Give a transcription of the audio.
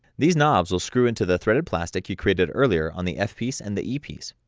these knobs will screw into the threaded plastic you created earlier on the f piece and the e piece.